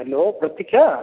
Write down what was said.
hello Pratiksha